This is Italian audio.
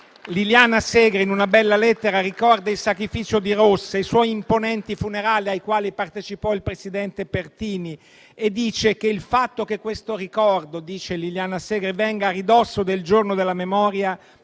Liliana Segre, in una bella lettera, ricordando il sacrificio di Rossa e i suoi imponenti funerali, ai quali partecipò il presidente Pertini, afferma che il fatto che questo ricordo venga a ridosso del giorno della memoria